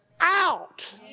out